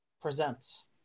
presents